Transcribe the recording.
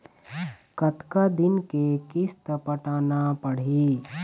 कतका दिन के किस्त पटाना पड़ही?